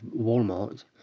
Walmart